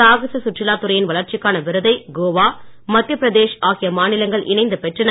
சாகச சுற்றுலா துறையின் வளர்ச்சிக்கான விருதை கோவா மத்தியபிரதேஷ் ஆகிய மாநிலங்கள் இணைந்து பெற்றன